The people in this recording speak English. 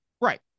right